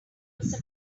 was